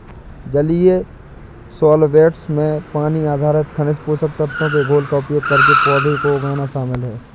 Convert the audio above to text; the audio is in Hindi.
जलीय सॉल्वैंट्स में पानी आधारित खनिज पोषक तत्वों के घोल का उपयोग करके पौधों को उगाना शामिल है